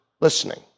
listening